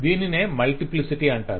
దీనినే మల్టిప్లిసిటీ అంటారు